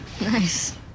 nice